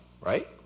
right